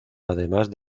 además